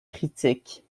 critique